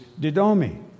didomi